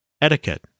etiquette